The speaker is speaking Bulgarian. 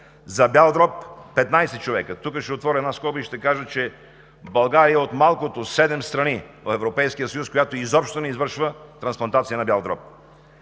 за бял дроб – 15 човека. Тук ще отворя скоба и ще кажа, че България е от малкото – седем – страни в Европейския съюз, която изобщо не извършва трансплантация на бял дроб.